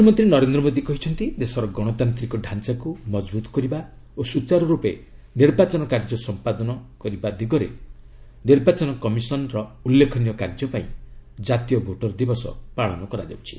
ପ୍ରଧାନମନ୍ତ୍ରୀ ନରେନ୍ଦ୍ର ମୋଦି କହିଛନ୍ତି ଦେଶର ଗଣତାନ୍ତିକ ଡ଼ାଞ୍ଚାକୁ ମଜଭୁତ କରିବା ଓ ସୂଚାରୁରୂପେ ନିର୍ବାଚନ କାର୍ଯ୍ୟ ସମ୍ପାଦନ କରିବା ଦିଗରେ ନିର୍ବାଚନ କମିସନ୍ ର ଉଲ୍ଲେଖନୀୟ କାର୍ଯ୍ୟ ପାଇଁ କାତୀୟ ଭୋଟର ଦିବସ ପାଳନ କରାଯାଉଛି